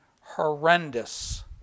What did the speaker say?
horrendous